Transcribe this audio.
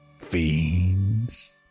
fiends